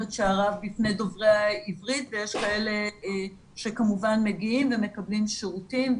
את שעריו בפני דוברי העברית ויש כאלה שכמובן מגיעים ומקבלים שירותים,